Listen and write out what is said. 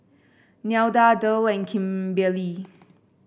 Nelda Derl and Kimberely